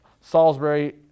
salisbury